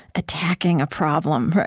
attacking a problem.